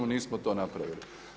Nismo to napravili.